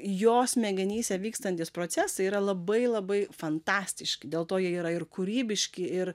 jo smegenyse vykstantys procesai yra labai labai fantastiški dėl to jie yra ir kūrybiški ir